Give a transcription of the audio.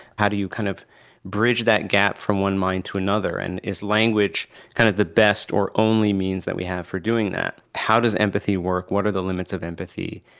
how do you kind of bridge that gap from one mind to another? and is language kind of the best or only means that we have for doing that? how does empathy work? what are the limits of empathy?